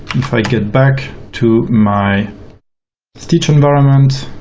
if i get back to my stitch environment,